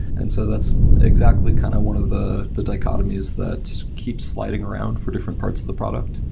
and so that's exactly kind of one of the the dichotomies that keeps sliding around for different parts of the product.